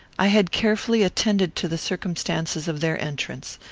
i had carefully attended to the circumstances of their entrance.